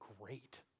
great